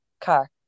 car